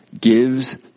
gives